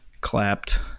clapped